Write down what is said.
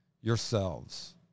yourselves